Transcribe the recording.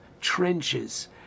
trenches